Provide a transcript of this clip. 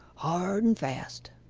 hard and fast